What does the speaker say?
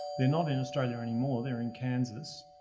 their not in australia anymore, there in kansas,